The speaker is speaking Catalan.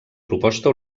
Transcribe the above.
proposta